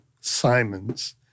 Simons